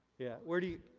yeah, where do you,